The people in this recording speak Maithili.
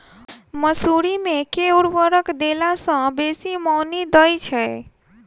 मसूरी मे केँ उर्वरक देला सऽ बेसी मॉनी दइ छै?